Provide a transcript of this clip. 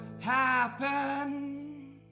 happen